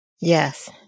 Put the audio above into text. Yes